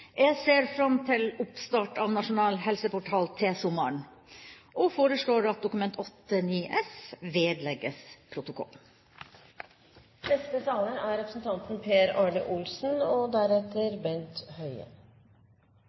Jeg ser fram til oppstart av Nasjonal Helseportal til sommeren og anbefaler at Dokument 8:9 S vedlegges protokollen. God og tilgjengelig informasjon til alle om helsetjenestenes ulike tilbud og andre helserelaterte spørsmål er